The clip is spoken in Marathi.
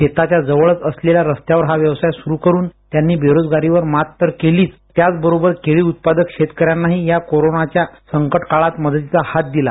शेताच्या जवळच असलेल्या रस्त्यावर हा व्यवसाय सुरू करून त्यांनी बेरोजगारीवर मात तर केलीच आणि त्याच बरोबर केळी उत्पादक शेतकऱ्यांनाही या कोरोना संकटाच्या काळात मदतीचा हात दिला